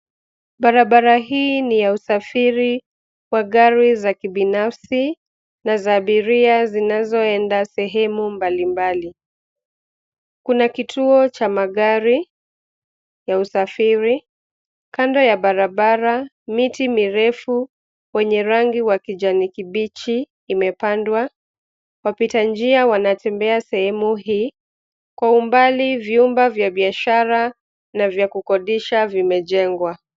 Barabara hii ni ya usafiri wa gari za kibinafsi na za abiria zinazoenda sehemu mbalimbali. Kuna kituo cha magari ya usafiri. Kando ya barabara, miti mirefu wenye rangi wa kijani kibichi imepandwa. Wapita njia wanatembea sehemu hii. Kwa umbali vyumba vya biashara na vya kukodisha vimejengwa.